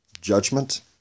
judgment